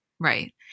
Right